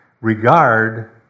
regard